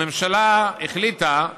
הממשלה החליטה,